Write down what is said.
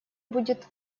будет